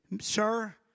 sir